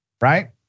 right